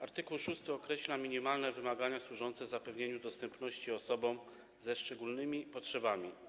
Art. 6 określa minimalne wymagania służące zapewnieniu dostępności osobom ze szczególnymi potrzebami.